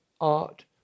art